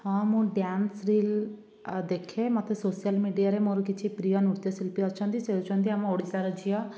ହଁ ମୁଁ dance reel ଦେଖେ ମୋତେ ସୋସିଆଲ୍ ମେଡ଼ିଆ ରେ ମୋର କିଛି ପ୍ରିୟ ନୃତ୍ୟଶିଳ୍ପୀ ଅଛନ୍ତି ସେ ହେଉଛନ୍ତି ଆମ ଓଡ଼ିଶାର ଝିଅ